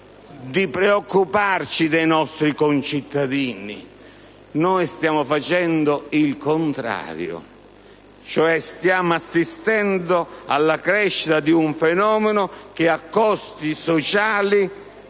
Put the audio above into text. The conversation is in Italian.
di preoccuparci dei nostri concittadini; noi stiamo facendo il contrario, cioè stiamo assistendo alla crescita di un fenomeno che ha costi sociali